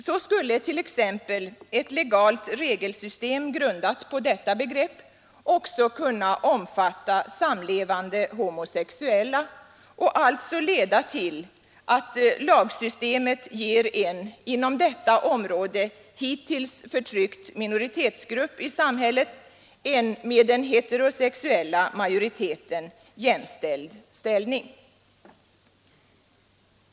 Så skulle t.ex. ett legalt regelsystem grundat på detta begrepp också kunna omfatta samlevande homosexuella och alltså leda till att lagsystemet ger en inom detta område hittills förtryckt minoritetsgrupp i samhället en med den heterosexuella majoriteten jämställd ställning.